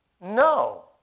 No